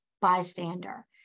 bystander